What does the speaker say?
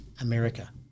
America